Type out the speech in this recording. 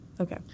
Okay